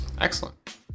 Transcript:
Excellent